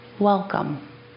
welcome